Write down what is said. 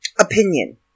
opinion